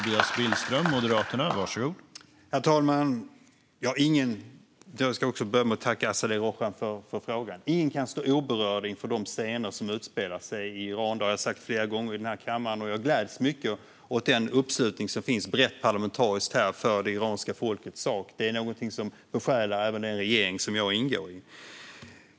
Herr talman! Jag vill börja med att tacka Azadeh Rojhan för frågan. Ingen kan stå oberörd inför de scener som utspelar sig i Iran. Det har jag sagt flera gånger i den här kammaren, och jag gläds mycket åt den uppslutning som finns brett parlamentariskt för det iranska folkets sak. Det är någonting som besjälar även den regering som jag ingår i.